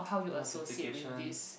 multiplications